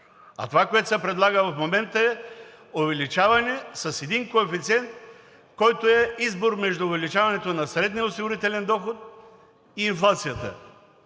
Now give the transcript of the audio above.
а това, което се предлага в момента, е увеличаване с един коефициент, който е избор между увеличаването на средния осигурителен доход и инфлацията